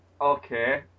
okay